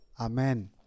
Amen